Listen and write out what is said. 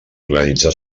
organitzar